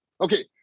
Okay